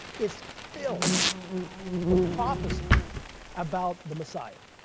is filled with prophecies about the messiah.